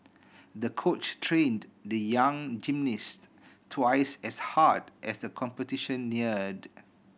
the coach trained the young gymnast twice as hard as the competition neared